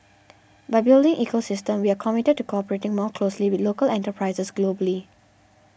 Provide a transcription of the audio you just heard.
by building ecosystem we are committed to cooperating more closely with local enterprises globally